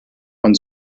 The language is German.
von